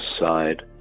side